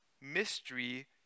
mystery